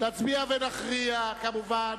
נצביע ונכריע, כמובן.